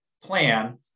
plan